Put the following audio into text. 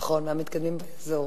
נכון, מהמתקדמים באזור.